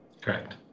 Correct